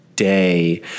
day